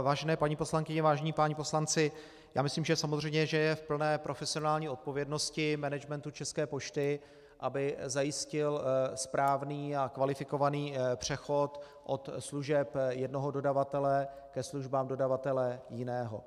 Vážené paní poslankyně, vážení páni poslanci, já myslím, že je samozřejmě v plné profesionální odpovědnosti managementu České pošty, aby zajistil správný a kvalifikovaný přechod od služeb jednoho dodavatele ke službám dodavatele jiného.